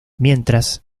mientras